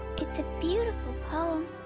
it's a beautiful poem.